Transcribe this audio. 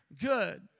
good